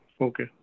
Okay